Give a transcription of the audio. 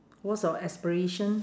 what's your aspiration